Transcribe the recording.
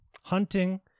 hunting